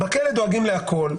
בכלא דואגים להכול.